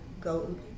go